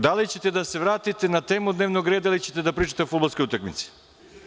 Da li ćete da se vratite na temu dnevnog reda ili ćete da pričate o fudbalskoj utakmici?